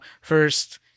first